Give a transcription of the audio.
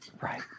right